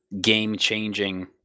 game-changing